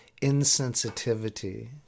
insensitivity